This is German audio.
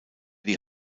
die